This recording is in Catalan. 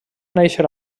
néixer